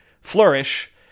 flourish